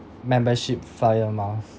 membership flyer miles